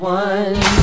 one